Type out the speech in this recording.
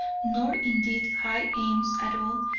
nor indeed high aims at all,